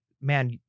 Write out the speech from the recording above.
man